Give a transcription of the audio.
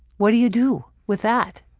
what do you do with that?